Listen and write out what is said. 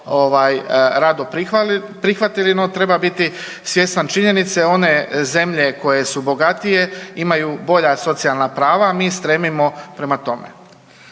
rado prihvatili. No treba biti svjestan činjenice one zemlje koje su bogatije imaju bolja socijalna prava, a mi stremimo prema tome.